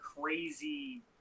crazy